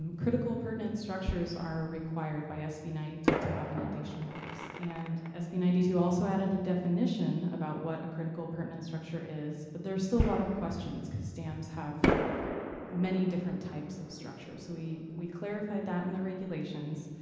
um critical appurtenant structures are required by sb ninety two to have inundation maps. and sb ninety two also added a definition about what a critical appurtenant structure is, but there are still a lot of questions, cause dams have many different types of structures. so we clarified that in the regulations,